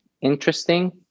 interesting